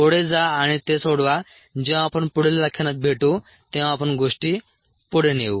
पुढे जा आणि ते सोडवा जेव्हा आपण पुढील व्याख्यानात भेटू तेव्हा आपण गोष्टी पुढे नेऊ